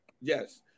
Yes